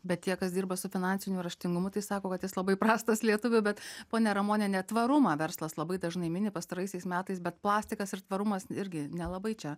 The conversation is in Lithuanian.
bet tie kas dirba su finansiniu raštingumu tai sako kad jis labai prastas lietuvių bet ponia ramoniene tvarumą verslas labai dažnai mini pastaraisiais metais bet plastikas ir tvarumas irgi nelabai čia